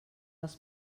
dels